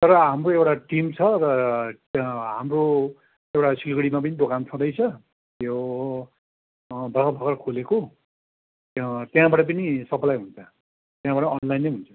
तर हाम्रो एउटा टिम छ र हाम्रो एउटा सिलगढीमा पनि दोकान छँदै छ यो भर्खर भर्खर खोलेको त्यहाँबाट पनि सप्लाई हुन्छ त्यहाँबाट अनलाइनै हुन्छ